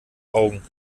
augen